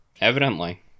Evidently